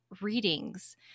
readings